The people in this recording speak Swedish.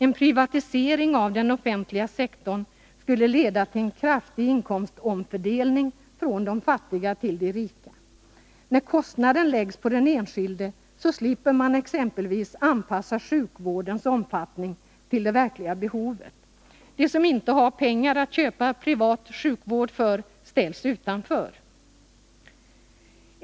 En privatisering av den offentliga sektorn skulle leda till en kraftig inkomstomfördelning från de fattigare till de rika. När kostnaden läggs på den enskilde slipper man exempelvis anpassa sjukvårdens omfattning till det verkliga behovet. De som inte har pengar att köpa privat sjukvård ställs utanför.